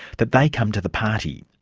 that they come to the party.